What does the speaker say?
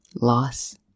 loss